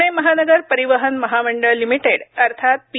प्णे महानगर परिवहन महामंडळ लिमिटेड अर्थात पी